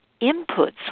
inputs